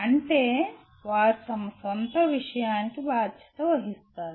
అంటే వారు తమ సొంత విషయానికి బాధ్యత వహిస్తారు